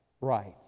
rights